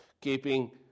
keeping